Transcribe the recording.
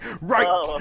right